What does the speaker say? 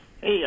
Hey